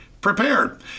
prepared